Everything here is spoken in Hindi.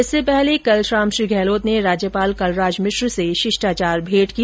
इससे पहले कल शाम श्री गहलोत ने राज्यपाल कलराज मिश्र से राजभवन में शिष्टाचार भेंट की